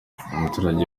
umuturage